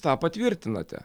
tą patvirtinote